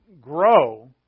grow